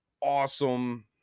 awesome